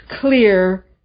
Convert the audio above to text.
clear